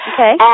Okay